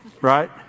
right